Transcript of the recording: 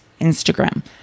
instagram